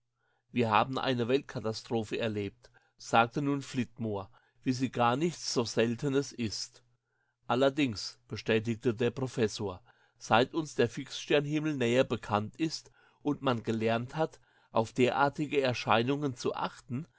wir haben eine weltkatastrophe erlebt sagte nun flitmore wie sie gar nichts so seltenes ist allerdings bestätigte der professor seit uns der fixsternhimmel näher bekannt ist und man gelernt hat auf derartige erscheinungen zu achten